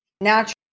natural